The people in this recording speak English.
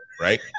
Right